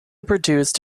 produced